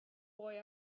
boy